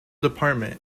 department